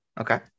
Okay